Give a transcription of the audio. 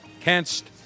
canst